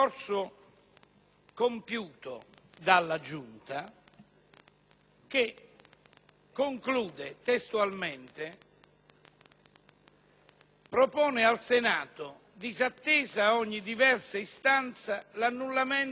con queste parole: «propone al Senato - disattesa ogni diversa istanza - l'annullamento dell'elezione del senatore Nicola Paolo Di Girolamo».